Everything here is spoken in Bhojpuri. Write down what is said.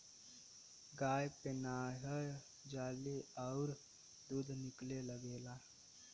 गाय पेनाहय जाली अउर दूध निकले लगेला